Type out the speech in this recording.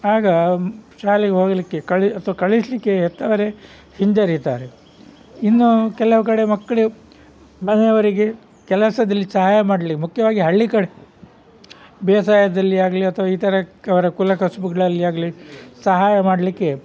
ಆಗ ಶಾಲೆಗೋಗ್ಲಿಕ್ಕೆ ಕಳಿ ಹೆತ್ತವರೇ ಕಳಿಸಲಿಕ್ಕೆ ಹೆತ್ತವರೇ ಹಿಂಜರಿತಾರೆ ಇನ್ನು ಕೆಲವು ಕಡೆ ಮಕ್ಕಳು ಮನೆಯವರಿಗೆ ಕೆಲಸದಲ್ಲಿ ಸಹಾಯ ಮಾಡ್ಲಿಕ್ಕೆ ಮುಖ್ಯವಾಗಿ ಹಳ್ಳಿ ಕಡೆ ಬೇಸಾಯದಲ್ಲಿ ಆಗಲಿ ಅಥವಾ ಇತರ ಕರ ಕುಲಕಸುಬುಗಳಲ್ಲಿ ಆಗಲಿ ಸಹಾಯ ಮಾಡಲಿಕ್ಕೆ